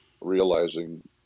realizing